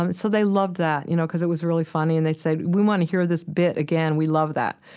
um and so they loved that you know because it was really funny and they'd say, we want to hear this bit again we loved that.